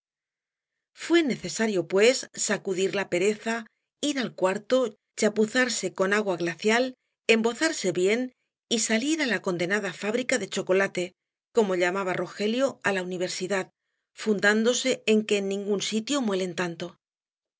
fué necesario pues sacudir la pereza ir al cuarto chapuzarse con agua glacial embozarse bien y salir á la condenada fábrica de chocolate como llamaba rogelio á la universidad fundándose en que en ningún sitio muelen tanto